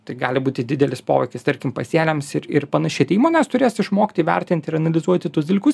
tai gali būti didelis poveikis tarkim pasėliams ir ir panašiai tai įmonės turės išmokti įvertinti ir analizuoti tuos dalykus